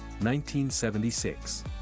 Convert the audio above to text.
1976